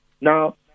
Now